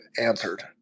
answered